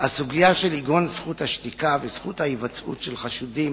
הסוגיה של עקרון זכות השתיקה וזכות ההיוועצות של חשודים,